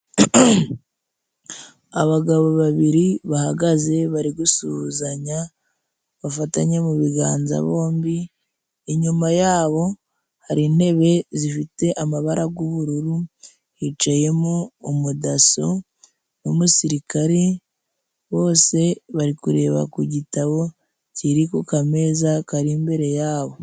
Abagabo babiri bahagaze bari gusuhuzanya, bafatanye mu biganza bombi. Inyuma yabo, hari intebe zifite amabara g'ubururu hicayemo umudaso n'umusirikare, bose bari kureba ku gitabo kiri ku kameza kari imbere yabo.